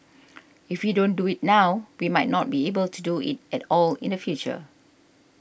if we don't do it now we might not be able do it at all in the future